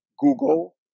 Google